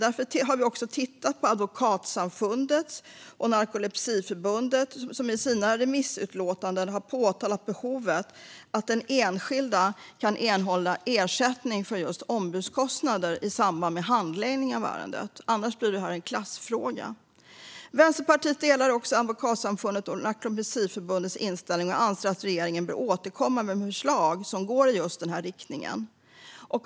Därför har vi också tittat på Advokatsamfundet och Narkolepsiförbundet som i sina remissutlåtanden har påtalat behovet av att den enskilda kan erhålla ersättning för just ombudskostnader i samband med handläggning av ärendet. Annars blir det här en klassfråga. Vänsterpartiet delar också Advokatsamfundets och Narkolepsiförbundets inställning och anser att regeringen bör återkomma med förslag som går i just denna riktning.